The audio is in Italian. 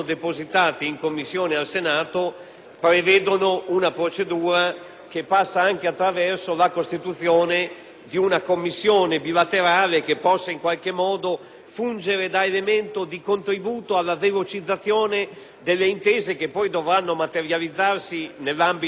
prevedono una procedura che passa anche attraverso la costituzione di una commissione bilaterale, che possa fungere da elemento di contributo alla velocizzazione delle intese che poi dovranno materializzarsi nell'ambito del Trattato.